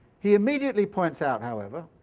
he immediately points out however